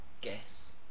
guess